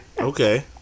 Okay